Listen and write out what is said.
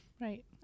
right